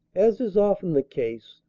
as is often the case,